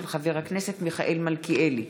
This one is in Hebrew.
של חבר הכנסת מיכאל מלכיאלי.